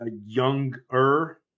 younger